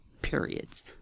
periods